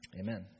amen